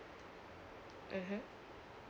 mmhmm